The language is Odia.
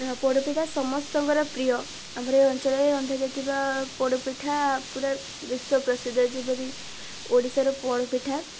ପୋଡ଼ପିଠା ସମସ୍ତଙ୍କର ପ୍ରିୟ ଆମର ଏ ଅଞ୍ଚଳରେ ରନ୍ଧାଯାଇଥିବା ପୋଡ଼ପିଠା ପୁରା ବିଶ୍ଵ ପ୍ରସିଦ୍ଧ ଯେପରି ଓଡ଼ିଶାର ପୋଡ଼ପିଠା